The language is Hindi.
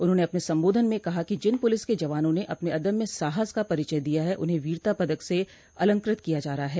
उन्होंने अपने सम्बोधन में कहा कि जिन पुलिस के जवानों ने अपने अद्म्य साहस का परिचय दिया है उन्हें वीरता पदक से अलंकृत किया जा रहा है